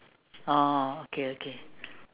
oh okay okay